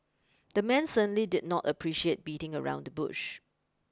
the man certainly did not appreciate beating around the bush